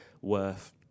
worth